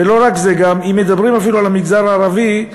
ולא רק זה, גם אם מדברים אפילו על המגזר הערבי,